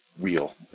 real